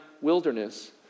wilderness